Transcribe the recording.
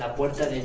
ah worth ah the